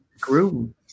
groom